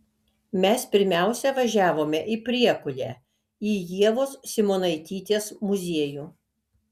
mes pirmiausia važiavome į priekulę į ievos simonaitytės muziejų